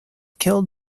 killed